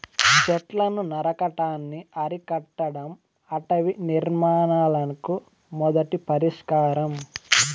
చెట్లను నరకటాన్ని అరికట్టడం అటవీ నిర్మూలనకు మొదటి పరిష్కారం